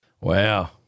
Wow